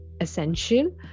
essential